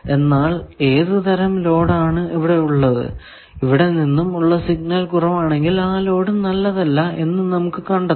എന്നാൽ ഏതു തരം ലോഡ് ആണ് ഇവിടെ ഉള്ളത് ഇവിടെ നിന്നും ഉള്ള സിഗ്നൽ കുറവാണെങ്കിൽ ആ ലോഡ് നല്ലതല്ല എന്ന് നമുക്ക് കണ്ടെത്താം